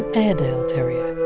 an airedale terrier.